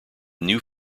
new